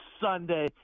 Sunday